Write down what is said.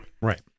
Right